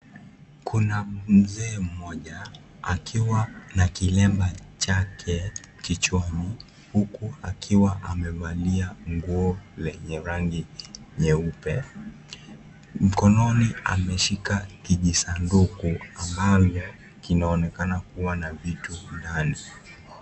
Kuna mzee mmoja akiwa na Kilemma chake kichwani huku akiwa amevalia nguo yenye rangi nyeupe, mkononi ameshika kijisanduku ambayo kinaonekana kuwa na kitu ndani.